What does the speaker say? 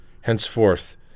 henceforth